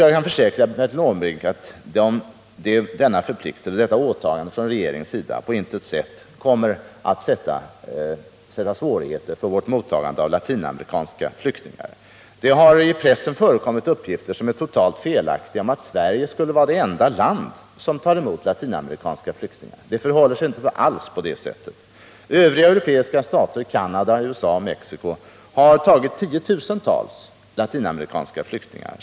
Jag kan försäkra Bertil Måbrink att detta åtagande från regeringens sida på intet sätt kommer att medföra svårigheter för vårt mottagande av latinamerikanska flyktingar. Det har i pressen förekommit uppgifter, som är totalt felaktiga, om att Sverige skulle vara det enda land som tar emot latinamerikanska flyktingar. Det förhåller sig inte alls på det sättet. Övriga europeiska stater, Canada, USA och Mexico har tagit emot tiotusentals latinamerikanska flyktingar.